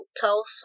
Tulsa